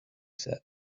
said